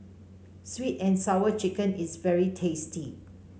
sweet and Sour Chicken is very tasty